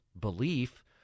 belief